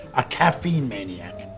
a caffeine maniac.